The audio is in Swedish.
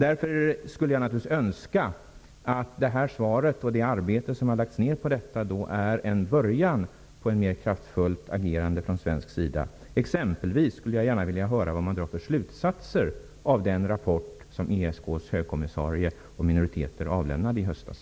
Jag skulle naturligtvis önska att detta svar, och det arbete som har lagts ned på det, är en början på ett mer kraftfullt agerande från svensk sida. Jag skulle exempelvis gärna vilja höra vad man drar för slutsatser av den rapport som ESK:s högkommissarie och minoritetskommissarie avlämnade i höstas.